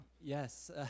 Yes